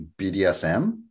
BDSM